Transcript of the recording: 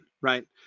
Right